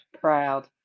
proud